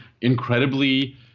incredibly